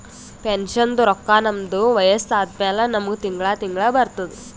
ಪೆನ್ಷನ್ದು ರೊಕ್ಕಾ ನಮ್ದು ವಯಸ್ಸ ಆದಮ್ಯಾಲ ನಮುಗ ತಿಂಗಳಾ ತಿಂಗಳಾ ಬರ್ತುದ್